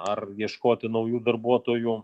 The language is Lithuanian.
ar ieškoti naujų darbuotojų